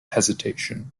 hesitation